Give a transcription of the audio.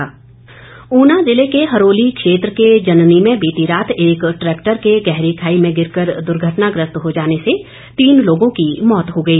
दर्घटना ऊना ज़िले के हरोली क्षेत्र के जननी में बीती रात एक ट्रैक्टर के गहरी खाई में गिर कर दुर्घटनाग्रस्त हो जाने से तीन लोगों की मौत हो गई